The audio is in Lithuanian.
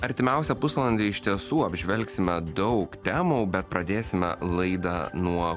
artimiausią pusvalandį iš tiesų apžvelgsime daug temų bet pradėsime laidą nuo